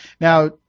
Now –